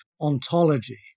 ontology